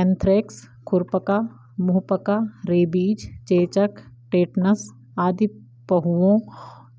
anthrax, खुरपका, मुहपका, rabies, चेचक, टेटनस आदि पहुओं